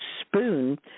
spoon